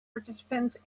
participants